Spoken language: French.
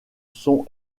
sont